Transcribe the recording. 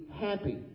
happy